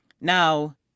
now